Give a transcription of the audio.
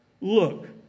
look